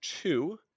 two